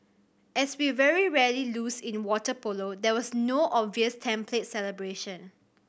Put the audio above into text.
as we very rarely lose in water polo there was no obvious template celebration